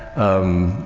um,